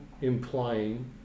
implying